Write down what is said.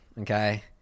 okay